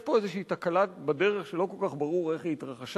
יש פה איזו תקלה בדרך שלא כל כך ברור איך היא התרחשה,